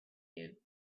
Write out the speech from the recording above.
you